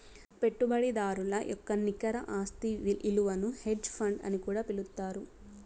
పెట్టుబడిదారుల యొక్క నికర ఆస్తి ఇలువను హెడ్జ్ ఫండ్ అని కూడా పిలుత్తారు